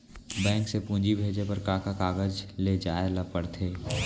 Bank से पूंजी भेजे बर का का कागज ले जाये ल पड़थे?